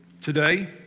Today